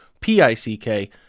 P-I-C-K